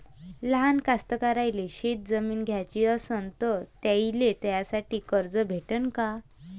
लहान कास्तकाराइले शेतजमीन घ्याची असन तर त्याईले त्यासाठी कर्ज भेटते का?